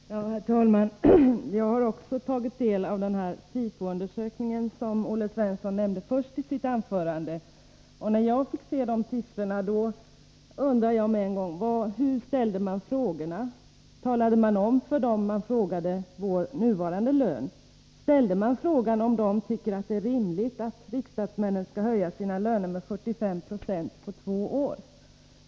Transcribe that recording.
Herr talman! Jag har också tagit del av den SIFO-undersökning som Olle Svensson nämnde först i sitt anförande. När jag fick se siffrorna undrade jag omedelbart hur man hade ställt frågorna. Talade man om för de tillfrågade hur hög den nuvarande lönen är? Ställde man frågan om de tycker att det är rimligt att riksdagsmännen skall höja sina löner med 45 96 på två år?